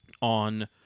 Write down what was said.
on